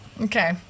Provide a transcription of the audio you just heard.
okay